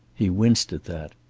he winced at that.